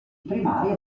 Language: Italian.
primario